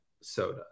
soda